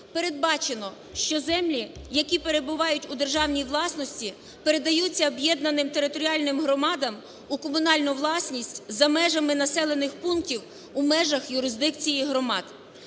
передбачено, що землі, які перебувають у державній власності, передаються об'єднаним територіальним громадам у комунальну власність за межами населених пунктів у межах юрисдикції громад.